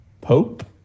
Pope